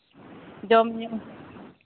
ᱡᱚᱢᱼᱧᱩ